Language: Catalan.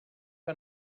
que